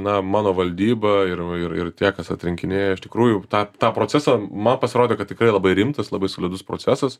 na mano valdyba ir ir tie kas atrinkinėja iš tikrųjų tą tą procesą man pasirodė kad tikrai labai rimtas labai slidus procesas